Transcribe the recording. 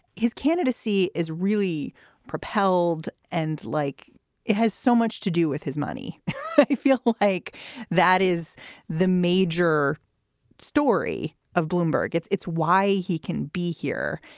his candidacy is really propelled and like it has so much to do with his money. you feel like that is the major story of bloomberg. it's it's why he can be here.